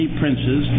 princes